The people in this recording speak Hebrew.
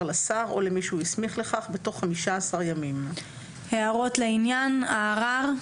לשר או למי שהוא הסמיך לכך בתוך 15 ימים." הערות לעניין הערר?